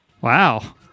Wow